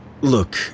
Look